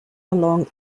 along